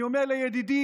אני אומר לידידי,